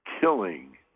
killing